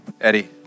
Eddie